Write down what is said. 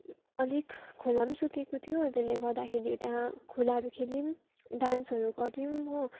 अलिक खोला पनि सुकेको थियो र त्यसले गर्दाखेरि त्यहाँ खोलाहरू खेल्यौँ डान्सहरू गर्यौँ हो